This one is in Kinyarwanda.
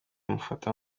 mufata